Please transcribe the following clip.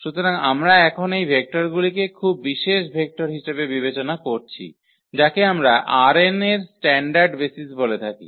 সুতরাং আমরা এখন এই ভেক্টরগুলিকে খুব বিশেষ ভেক্টর হিসাবে বিবেচনা করছি যাকে আমরা ℝ𝑛 এর স্ট্যান্ডার্ড বেসিস বলে থাকি